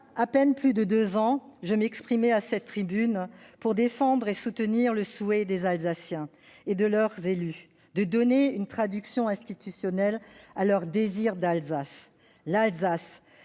à peine plus de deux ans, je m'exprimais ici même pour défendre et soutenir le souhait des Alsaciens et de leurs élus de donner une traduction institutionnelle à leur désir d'Alsace. L'Alsace